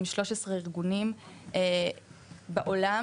עם 13 ארגונים בעולם,